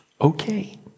Okay